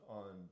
on